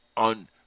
On